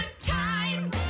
time